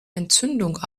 entzündung